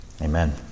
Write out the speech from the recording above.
Amen